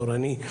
התורני.